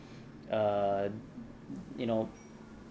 err you know